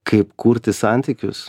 kaip kurti santykius